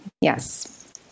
Yes